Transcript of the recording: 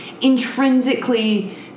intrinsically